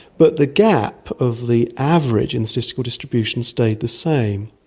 but the gap of the average in statistical distribution stayed the same.